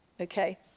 okay